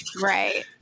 Right